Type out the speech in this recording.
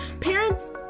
Parents